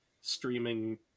streaming